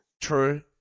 True